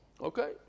Okay